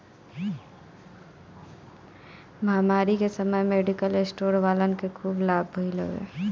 महामारी के समय मेडिकल स्टोर वालन के खूब लाभ भईल हवे